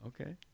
Okay